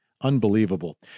Unbelievable